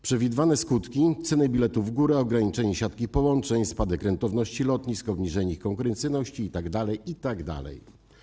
Przewidywane skutki: ceny biletów w górę, ograniczenie siatki połączeń, spadek rentowności lotnisk, obniżenie ich konkurencyjności itd., itd.